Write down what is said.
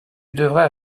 devrais